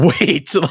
Wait